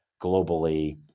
globally